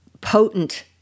potent